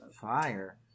Fire